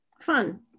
Fun